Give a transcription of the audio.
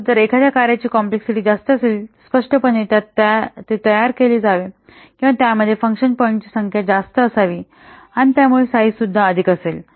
तर जर एखाद्या कार्याची कॉम्प्लेक्सिटी जास्त असेल स्पष्टपणे त्यात ते तयार केले जावे किंवा त्यामध्ये फंकशन पॉईंट ची संख्या जास्त असावी आणि त्यामुळे साईझ अधिक असेल